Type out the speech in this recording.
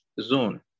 zone